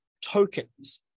tokens